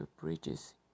bridges